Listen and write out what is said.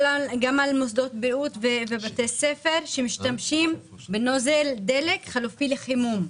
גם על מוסדות בריאות ובתי ספר שמשתמשים בנוזל הדלק חלופי לחימום.